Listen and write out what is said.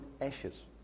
ashes